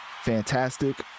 Fantastic